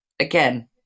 Again